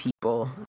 people